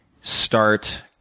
start